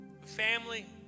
family